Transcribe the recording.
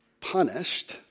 punished